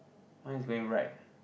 mine is going right